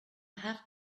have